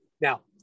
Now